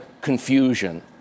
confusion